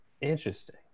Interesting